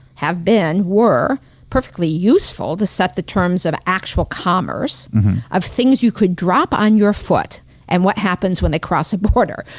have been, were perfectly useful to set the terms of actual commerce of things you could drop on your foot and what happens when they cross a border,